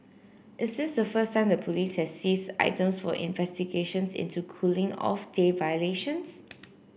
is this the first time the police has seized items for investigations into cooling off day violations